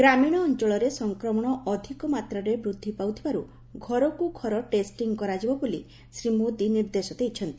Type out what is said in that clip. ଗ୍ରାମୀଣ ଅଞ୍ଞଳରେ ସଂକ୍ରମଶ ଅଧିକ ମାତ୍ରାରେ ବୃଦ୍ଧି ପାଉଥିବାରୁ ଘରକୁ ଘର ଟେଷ୍ଟିଂ କରାଯିବ ବୋଲି ଶ୍ରୀ ମୋଦୀ ନିର୍ଦ୍ଦେଶ ଦେଇଛନ୍ତି